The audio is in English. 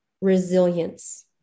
resilience